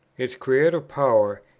its creative power,